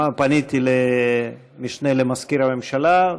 פניתי למשנה למזכיר הממשלה,